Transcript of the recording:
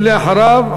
ולאחריו,